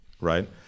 right